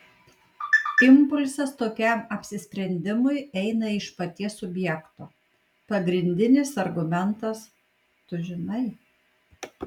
impulsas tokiam apsisprendimui eina iš paties subjekto pagrindinis argumentas tu žinai